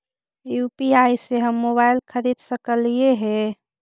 UPI से हम mobile खरिद सकलिऐ है